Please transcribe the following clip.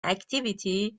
activity